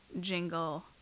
Jingle